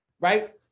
right